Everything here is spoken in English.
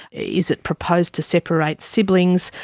is it proposed to separate siblings?